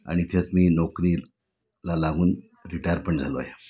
आणि इथच मी नोकरीला लागून रिटायरपण झालोय